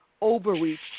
overreach